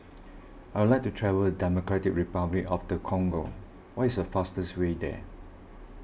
I would like to travel Democratic Republic of the Congo what is the fastest way there